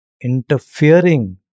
interfering